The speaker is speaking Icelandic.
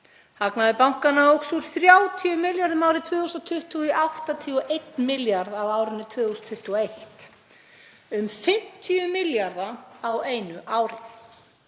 Hagnaður bankanna óx úr 30 milljörðum árið 2020 í 81 milljarð á árinu 2021; um 50 milljarða á einu ári.